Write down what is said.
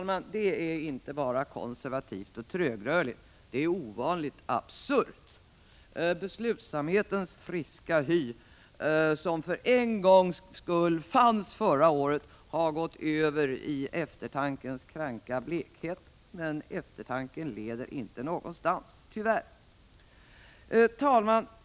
Det är, herr talman, inte bara konservativt och trögrörligt utan också ovanligt absurt. Beslutsamhetens friska hy, som för en gångs skull fanns förra året, har gått över i eftertankens kranka blekhet. Men eftertanken leder tyvärr inte någonstans. Herr talman!